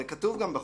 זה כתוב גם בחוק.